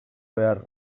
beharra